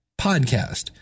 podcast